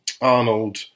Arnold